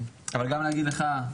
אני רוצה להגיד גם לך,